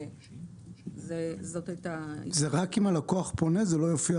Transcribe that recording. זה רק אם הלקוח פונה, זה לא יופיע